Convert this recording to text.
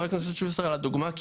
חה"כ שוסטר על הדוגמה,